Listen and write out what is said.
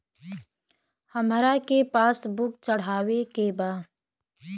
हमरा के पास बुक चढ़ावे के बा?